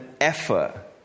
effort